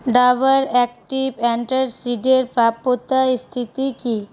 Dabur active অ্যান্টাসিডের প্রাপ্যতার স্থিতি কি